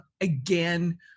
again